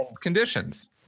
conditions